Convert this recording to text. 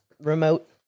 remote